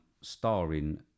Starring